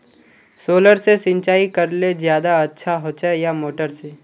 Solar से सिंचाई करले ज्यादा अच्छा होचे या मोटर से?